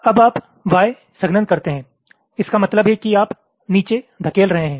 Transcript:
अब आप Y संघनन करते हैं इसका मतलब है कि आप नीचे धकेल रहे हैं